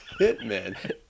Hitman